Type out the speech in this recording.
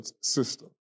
system